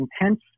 intense